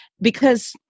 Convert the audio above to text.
Because-